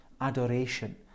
adoration